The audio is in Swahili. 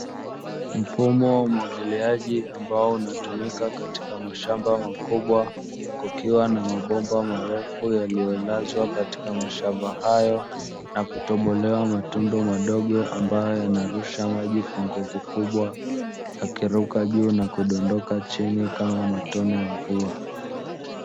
Mfumo wa umwagiliaji ambao unatumika katika mashamba makubwa, kukiwa na mabomba marefu yaliyolazwa katika mashamba hayo na kutobolewa matundu madogo, ambayo yanarusha maji kwa nguvu kubwa, yakiruka juu na kudondoka chini kama matone ya mvua.